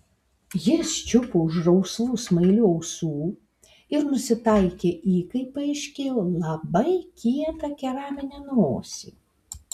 jis čiupo už rausvų smailių ausų ir nusitaikė į kaip paaiškėjo labai kietą keraminę nosį